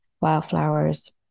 wildflowers